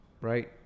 right